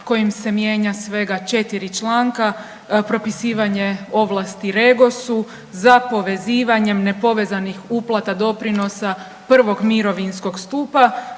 kojim se mijenja svega 4 članka propisivanje ovlasti REGOS-u za povezivanjem nepovezanih uplata doprinosa prvog mirovinskog stupa